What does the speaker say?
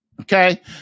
Okay